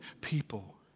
people